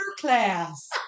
Class